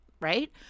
right